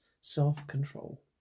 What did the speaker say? self-control